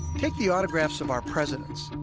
take the autographs of our presidents